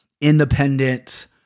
independent